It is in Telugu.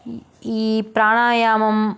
ఈ ప్రాణాయామం